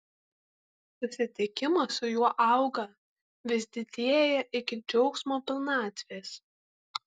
susitikimas su juo auga vis didėja iki džiaugsmo pilnatvės